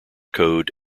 code